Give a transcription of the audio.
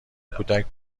کودک